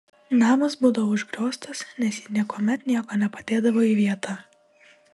namas būdavo užgrioztas nes ji niekuomet nieko nepadėdavo į vietą